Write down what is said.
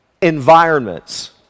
environments